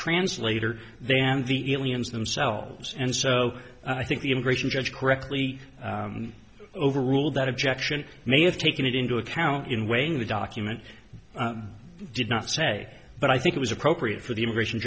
translator they and the aliens themselves and so i think the immigration judge correctly overruled that objection may have taken it into account in weighing the document did not say but i think it was appropriate for the immigration